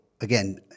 again